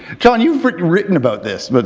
jon, you've written written about this, but